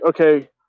okay